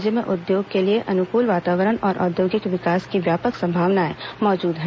राज्य में उद्योगों के लिए अनुकूल वातावरण और औद्योगिक विकास की व्यापक संभावनाए मौजूद हैं